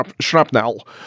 shrapnel